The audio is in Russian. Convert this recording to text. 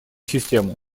системы